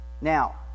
Now